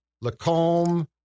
Lacombe